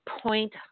Point